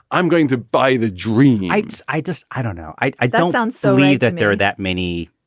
i'm going to buy the dream heights i just i don't know. i don't down sony that there are that many.